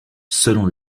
selon